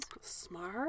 Smart